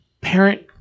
parent